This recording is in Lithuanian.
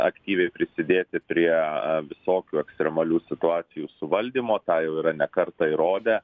aktyviai prisidėti prie visokių ekstremalių situacijų suvaldymo tą jau yra ne kartą įrodę